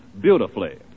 beautifully